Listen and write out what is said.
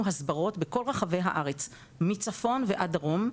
הסברות בכל רחבי הארץ מצפון ועד דרום,